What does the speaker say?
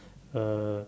uh